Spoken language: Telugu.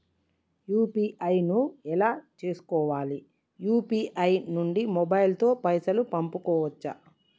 యూ.పీ.ఐ ను ఎలా చేస్కోవాలి యూ.పీ.ఐ నుండి మొబైల్ తో పైసల్ పంపుకోవచ్చా?